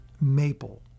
maple